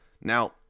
Now